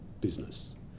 business